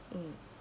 mm